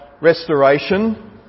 restoration